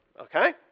Okay